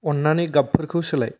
अननानै गाबफोरखौ सोलाय